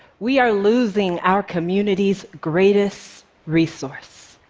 we are losing our communities' greatest resource.